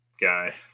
guy